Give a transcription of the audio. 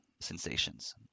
sensations